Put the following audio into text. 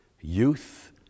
youth